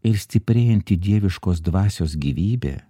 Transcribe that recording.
ir stiprėjanti dieviškos dvasios gyvybė